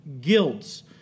guilds